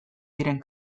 diren